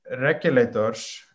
regulators